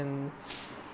and